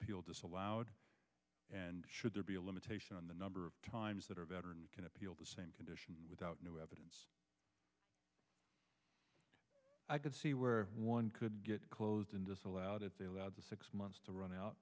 appeal disallowed should there be a limitation on the number of times that are better and can appeal the same conditions without new evidence i could see where one could get closed in disallowed it they allowed the six months to run out